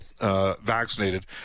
vaccinated